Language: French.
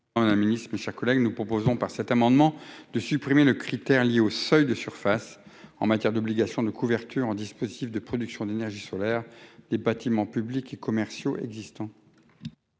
La Ministre, mes chers collègues, nous proposons par cet amendement de supprimer le critère lié au seuil de surface en matière d'obligations de couverture en dispositif de production d'énergie solaire, des bâtiments publics et commerciaux existants.